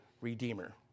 Redeemer